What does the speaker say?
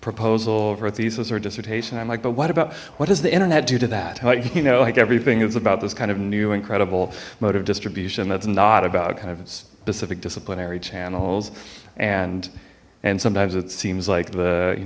proposal for a thesis or dissertation i'm like but what about what does the internet do to that you know like everything is about this kind of new incredible mode of distribution that's not about kind of specific disciplinary channels and and sometimes it seems like the you